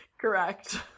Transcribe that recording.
Correct